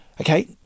Okay